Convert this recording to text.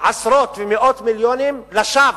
עשרות ומאות מיליונים לשווא,